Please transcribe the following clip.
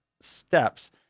steps